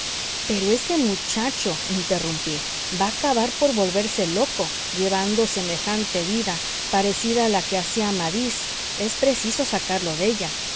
pero ese muchacho interrumpí va a acabar por volverse loco llevando semejante vida parecida a la que hacía amadís es preciso sacarlo de ella